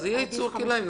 אז יהיה ייצור כלאיים.